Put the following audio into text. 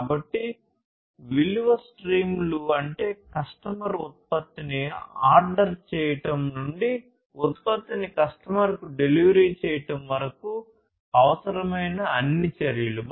కాబట్టి విలువ స్ట్రీమ్లు అంటే కస్టమర్ ఉత్పత్తిని ఆర్డర్ చేయడం నుండి ఉత్పత్తిని కస్టమర్కు డెలివరీ చేయడం వరకు అవసరమైన అన్ని చర్యలు